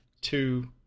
two